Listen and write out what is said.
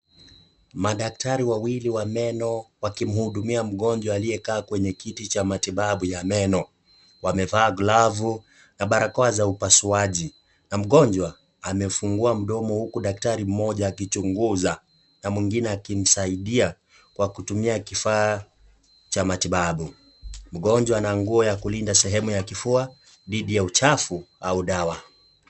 Madaktari wawili wa meno wakimuhudumia mgonjwa aliyekaa kwenye kiti cha matibabu ya meno. Wamevaa glavu na barakoa za upasuaji na mgonjwa amefungua mdomo huku daktari mmoja akichunguza na mwingine akimsaidia kwa kutumia kifaa cha matibabu. Mgonjwa ana nguo ya kulinda sehemu ya kifua, dhidi ya uchafu au dawa.